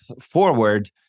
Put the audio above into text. forward